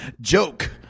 joke